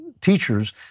teachers